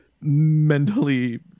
mentally